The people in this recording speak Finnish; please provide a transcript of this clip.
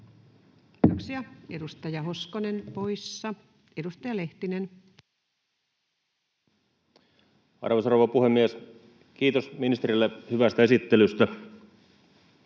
Kiitoksia. — Edustaja Hoskonen poissa. — Edustaja Lehtinen. Arvoisa rouva puhemies! Kiitos ministerille hyvästä esittelystä.